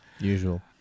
usual